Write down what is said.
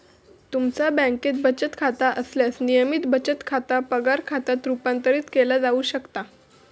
तुमचा बँकेत बचत खाता असल्यास, नियमित बचत खाता पगार खात्यात रूपांतरित केला जाऊ शकता